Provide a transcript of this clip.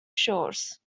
shores